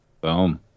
Boom